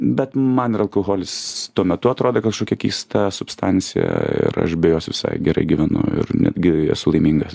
bet man ir alkoholis tuo metu atrodė kažkokia keista substancija ir aš be jos visai gerai gyvenu ir netgi esu laimingas